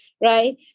right